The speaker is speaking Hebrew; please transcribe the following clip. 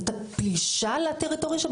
את הפלישה לטריטוריה שם,